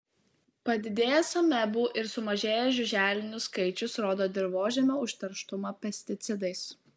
padidėjęs amebų ir sumažėjęs žiuželinių skaičius rodo dirvožemio užterštumą pesticidais